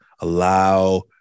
allow